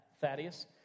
Thaddeus